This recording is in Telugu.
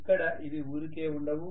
ఇక్కడ ఇవి ఊరికే ఉండవు